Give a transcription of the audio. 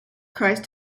christ